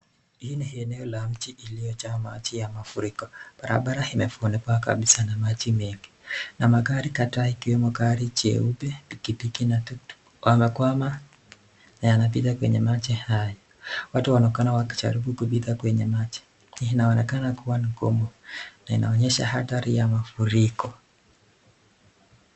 Hii ni eneo la mji ilio jaa maji ya mafuriko. Barabara imefunikwa kabisa na maji mengi na magari kadhaa ikiwemo gari jeupe pikipiki na tuktuk wamekwama na yanapita kwenye maji haya, watu wanonekana wakijaribu kupita kwenye maji. Inaonekana kuwa ni ngumu na inaonyesha athari ya mafuriko.